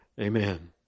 Amen